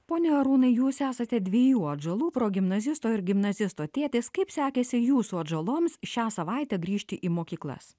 pone arūnai jūs esate dviejų atžalų progimnazisto ir gimnazisto tėtis kaip sekėsi jūsų atžaloms šią savaitę grįžti į mokyklas